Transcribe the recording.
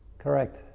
Correct